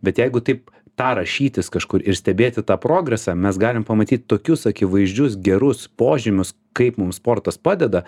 bet jeigu taip tą rašytis kažkur ir stebėti tą progresą mes galim pamatyt tokius akivaizdžius gerus požymius kaip mums sportas padeda